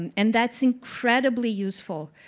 and and that's incredibly useful,